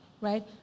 Right